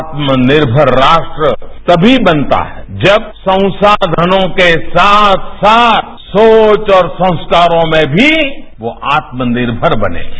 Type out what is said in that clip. आत्मनिर्मर राष्ट्र तभी बनता है जब संसाधनों के साथ साथ और संस्कारों में भी आत्मनिर्मर बनेंगे